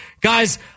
Guys